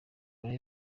rayon